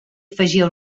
afegia